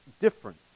different